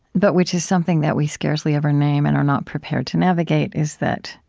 but which is something that we scarcely ever name and are not prepared to navigate, is that